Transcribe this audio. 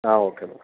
okay madam